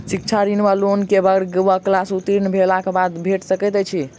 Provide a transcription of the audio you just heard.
शिक्षा ऋण वा लोन केँ वर्ग वा क्लास उत्तीर्ण भेलाक बाद भेट सकैत छी?